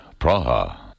Praha